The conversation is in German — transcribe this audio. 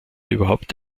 überhaupt